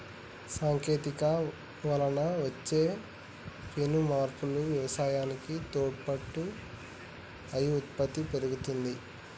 సాంకేతికత వలన వచ్చే పెను మార్పులు వ్యవసాయానికి తోడ్పాటు అయి ఉత్పత్తి పెరిగింది